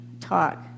talk